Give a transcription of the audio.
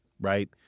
Right